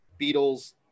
Beatles